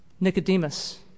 Nicodemus